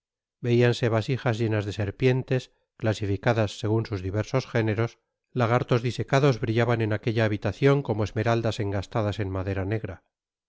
veíanse vasijas llenas de serpientes clasificadas segun sus diversos géneros lagartos disecados brillaban en aquella habitacion como esmeraldas engastadas en madera negra